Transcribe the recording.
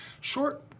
short